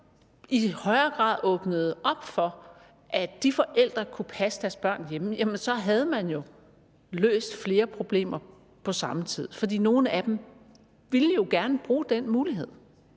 i højere grad åbnede op for, at de forældre kunnet passe deres børn hjemme, havde man jo løst flere problemer på samme tid, for nogle af dem ville gerne bruge den mulighed,